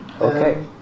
Okay